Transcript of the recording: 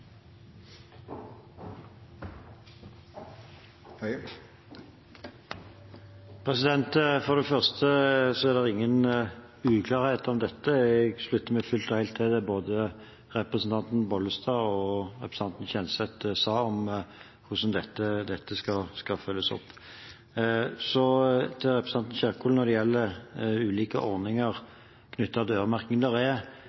vidare. For det første er det ingen uklarhet om dette. Jeg slutter meg fullt og helt til både det representanten Bollestad og det representanten Kjenseth sa om hvordan dette skal følges opp. Så til representanten Kjerkol når det gjelder ulike